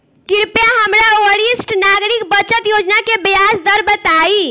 कृपया हमरा वरिष्ठ नागरिक बचत योजना के ब्याज दर बताइं